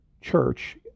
church